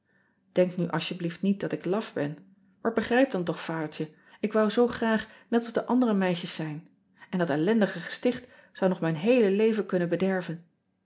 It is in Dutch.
enk nu alsjeblieft niet dat ik laf ben maar begrijp dan toch adertje ik wou zoo graag net als de andere meisjes zijn en dat ellendige gesticht zou nog mijn heele leven kunnen bederven